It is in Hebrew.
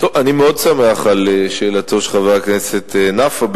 אני מאוד שמח על שאלתו של חבר הכנסת נפאע,